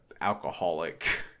alcoholic